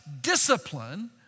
discipline